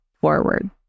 forward